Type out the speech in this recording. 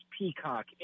Peacock